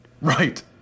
Right